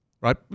right